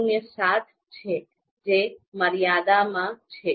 ૦૭ છે જે મર્યાદામાં છે